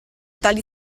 tali